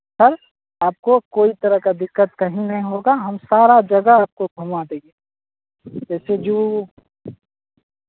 sir आपको कोई तरह का दिक्कत कहीं नहीं होगा हम सारा जगह आपको घुमा देंगे जैसे जो